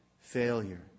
failure